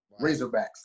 Razorbacks